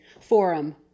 forum